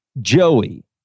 Joey